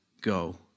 go